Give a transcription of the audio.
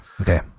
Okay